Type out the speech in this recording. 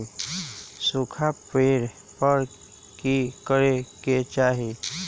सूखा पड़े पर की करे के चाहि